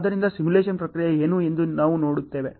ಆದ್ದರಿಂದ ಸಿಮ್ಯುಲೇಶನ್ ಪ್ರಕ್ರಿಯೆ ಏನು ಎಂದು ನಾವು ನೋಡುತ್ತೇವೆ